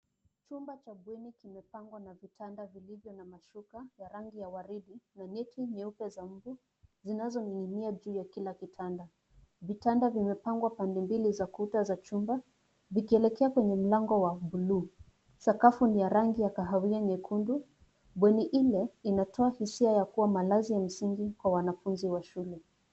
Chumba cha bweni kimepangwa na vitanda vilivyo na mashuka ya rangi ya waridi na neti nyeupe za mbu zinazoning'inia juu ya kila kitanda, vitanda vimepangwa pande mbili za kuta za chumba vikielekea kwenye mlango wa buluu, sakafu ni ya rangi ya kahawia nyekundu ,bweni ile inatoa hisia ya kuwa malazi ya msingi kwa wanafunzi wa shule.